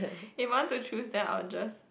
if want to choose that I'll just